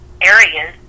areas